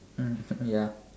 mm ya